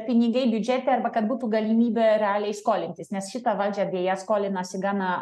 pinigai biudžete arba kad būtų galimybė realiai skolintis nes šita valdžia beje skolinosi gana